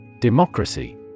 Democracy